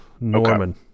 Norman